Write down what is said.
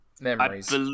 memories